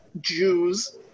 Jews